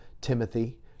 Timothy